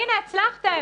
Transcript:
הנה, הצלחתם.